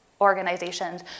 organizations